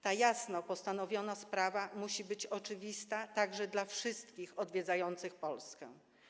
Ta jasno postawiona sprawa musi być oczywista także dla wszystkich odwiedzających Polskę.